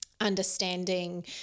understanding